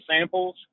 samples